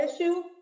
issue